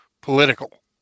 political